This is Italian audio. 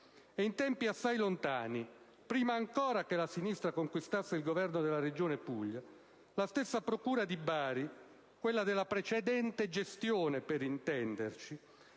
E in tempi assai lontani, prima ancora che la sinistra conquistasse il Governo della Regione Puglia, la stessa procura di Bari, quella della precedente gestione per intenderci,